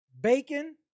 bacon